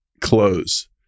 close